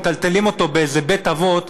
מטלטלים אותו באיזה בית-אבות,